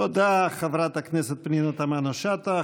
תודה, חברת הכנסת פנינה תמנו שטה.